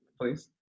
please